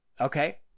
Okay